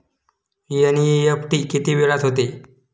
NEFT किती वेळात होते?